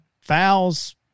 fouls